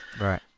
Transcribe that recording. right